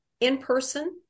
in-person